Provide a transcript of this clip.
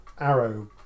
arrow